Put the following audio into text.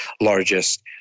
largest